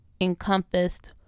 encompassed